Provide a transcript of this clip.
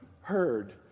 heard